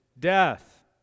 Death